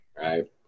right